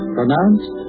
Pronounced